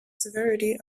severity